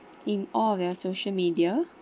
in all of your social media